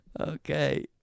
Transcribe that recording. okay